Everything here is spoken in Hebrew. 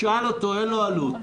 תשאל אותו, אין לו עלות.